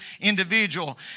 individual